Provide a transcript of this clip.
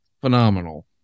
Phenomenal